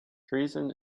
treason